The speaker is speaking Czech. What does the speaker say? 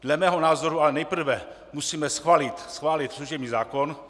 Dle mého názoru ale nejprve musíme schválit služební zákon.